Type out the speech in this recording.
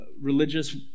religious